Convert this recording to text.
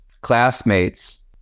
classmates